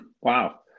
Wow